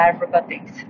Robotics